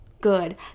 good